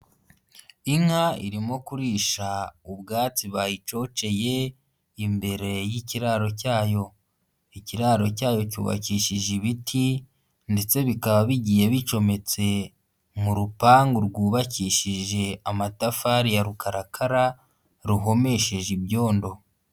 Inka irimo kurisha ubwatsi bayicoceye imbere y'ikiraro cyayo. Ikiraro cyayo cyubakishije ibiti ndetse bikaba bigiye bicometse mu rupangu rwubakishije amatafari ya rukarakara, ruhomesheje ibyondo.